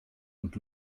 und